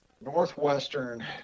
Northwestern –